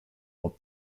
but